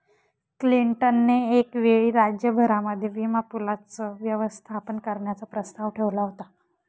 Clinton ने एक वेळी राज्य भरामध्ये विमा पूलाचं व्यवस्थापन करण्याचा प्रस्ताव ठेवला होता